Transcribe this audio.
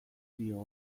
dio